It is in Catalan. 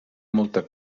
molta